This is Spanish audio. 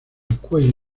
cuello